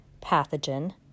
pathogen